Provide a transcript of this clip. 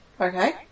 Okay